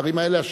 הדברים האלה,